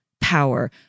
power